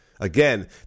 Again